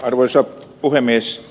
arvoisa puhemies